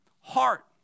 heart